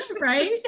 Right